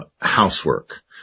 housework